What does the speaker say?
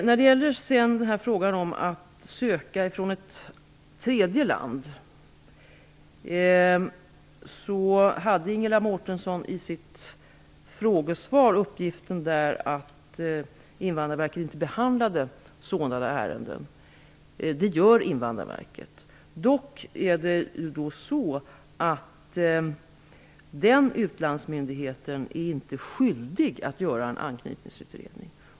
När det gäller frågan om att söka uppehållstillstånd från ett tredje land nämnde Ingela Mårtensson i sin interpellation att Invandrarverket inte behandlade sådana ärenden. Det gör Invandrarverket. Utlandsmyndigheterna är dock inte skyldiga att göra en anknytningsutredning.